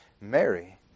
Mary